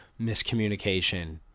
miscommunication